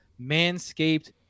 Manscaped